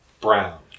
Brown